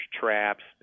traps